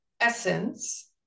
essence